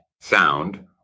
Sound